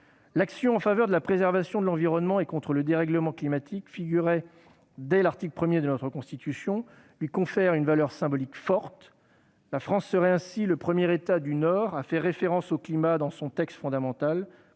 L'action en faveur de la préservation de l'environnement et contre le dérèglement climatique figurerait dès l'article 1 de notre Constitution, lui conférant une valeur symbolique forte. La France serait ainsi le premier État du Nord à faire référence au climat dans son texte fondamental,